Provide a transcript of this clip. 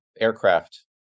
aircraft